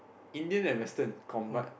Indian and western combine